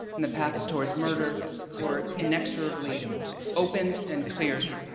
and the paths towards murder were inexorably opened and cleared.